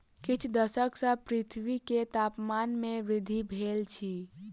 किछ दशक सॅ पृथ्वी के तापमान में वृद्धि भेल अछि